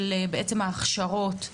נושא הכשרות הבטיחות?